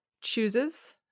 chooses